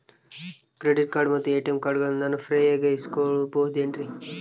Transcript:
Credit ಮತ್ತ ATM ಕಾರ್ಡಗಳನ್ನ ನಾನು ಫ್ರೇಯಾಗಿ ಇಸಿದುಕೊಳ್ಳಬಹುದೇನ್ರಿ?